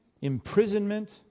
imprisonment